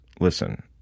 Listen